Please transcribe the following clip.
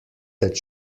that